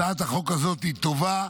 הצעת החוק הזאת טובה.